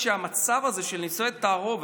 זה לא נכון, מה שאתה אומר.